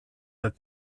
that